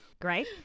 Great